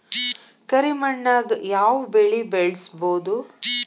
ಕರಿ ಮಣ್ಣಾಗ್ ಯಾವ್ ಬೆಳಿ ಬೆಳ್ಸಬೋದು?